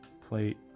plate